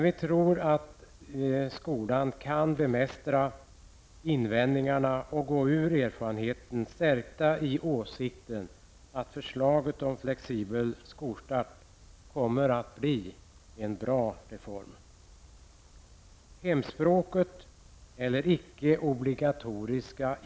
Vi tror dock att skolan kan bemästra invändningarna och gå ur erfarenheten stärkta i åsikten att förslaget om flexibel skolstart kommer att bli en bra reform.